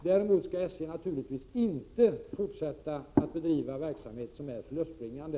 Däremot skall SJ naturligtvis inte fortsätta att bedriva verksamhet som är förlustbringande.